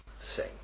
sing